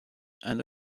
and